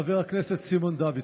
חבר הכנסת סימון דוידסון.